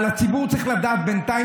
אבל הציבור צריך לדעת בינתיים,